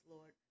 Lord